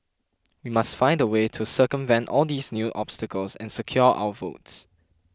we must find a way to circumvent all these new obstacles and secure our votes